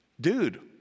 dude